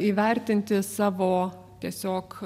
įvertinti savo tiesiog